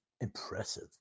Impressive